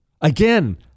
Again